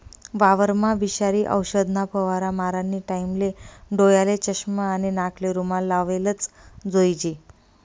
वावरमा विषारी औषधना फवारा मारानी टाईमले डोयाले चष्मा आणि नाकले रुमाल लावलेच जोईजे